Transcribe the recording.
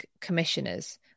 commissioners